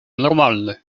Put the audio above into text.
normalny